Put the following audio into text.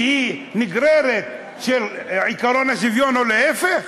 שהיא נגררת של עקרון השוויון, או להפך?